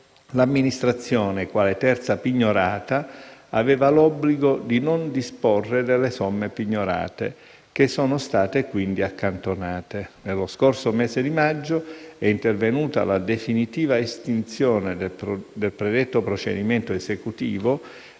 l'Amministrazione, quale terza pignorata, aveva l'obbligo di non disporre delle somme pignorate, che sono state quindi accantonate. Nello scorso mese di maggio, è intervenuta la definitiva estinzione del predetto procedimento esecutivo,